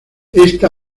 esta